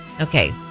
Okay